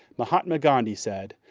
mahatma gandhi said,